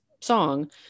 song